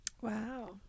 Wow